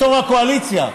בתור הקואליציה.